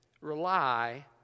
Rely